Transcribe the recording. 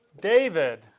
David